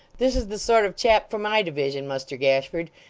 this is the sort of chap for my division, muster gashford.